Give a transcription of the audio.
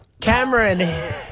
Cameron